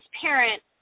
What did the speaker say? transparent